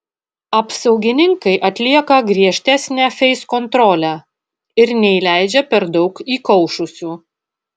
apsaugininkai atlieka griežtesnę feiskontrolę ir neįleidžia per daug įkaušusių